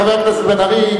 חבר הכנסת בן-ארי,